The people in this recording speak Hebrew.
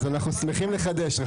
אז אנחנו שמחים לחדש.